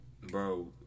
Bro